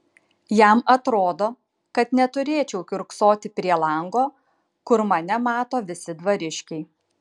jam atrodo kad neturėčiau kiurksoti prie lango kur mane mato visi dvariškiai